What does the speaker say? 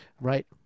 Right